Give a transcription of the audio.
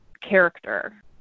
character